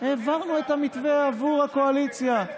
העברנו את המתווה עבור הקואליציה.